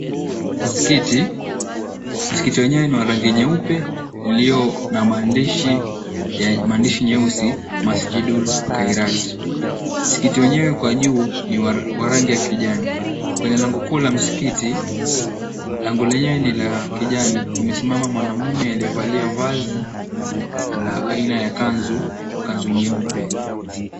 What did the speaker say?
Msikiti. Msikiti wenyewe ni wa rangi nyeupe ulio na maandishi meusi Masjid ul khairat. Msikiti wenyewe kwa juu ni wa rangi ya kijani. Kwenye lango kuu la msikiti lango lenyewe ni la kijani, kumesimama mwanamume aliyevalia vazi la aina ya kanzu, kanzu nyeupe.